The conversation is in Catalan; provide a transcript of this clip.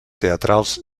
teatrals